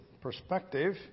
perspective